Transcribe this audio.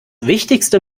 wichtigste